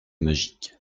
magique